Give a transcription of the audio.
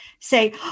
say